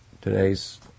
today's